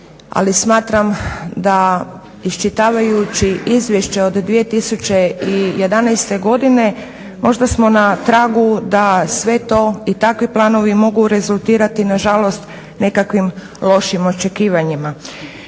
ali smatram da iščitavajući izvješće od 2011. godine možda smo na tragu da sve to i takvi planovi mogu rezultirati na žalost nekakvim lošim očekivanjima.